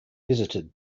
visited